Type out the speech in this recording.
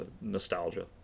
nostalgia